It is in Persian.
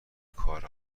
کار